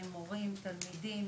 תלמידים,